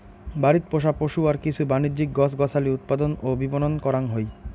বাড়িত পোষা পশু আর কিছু বাণিজ্যিক গছ গছালি উৎপাদন ও বিপণন করাং হই